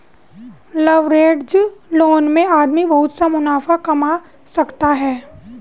leveraged loan में आदमी बहुत सा मुनाफा कमा सकता है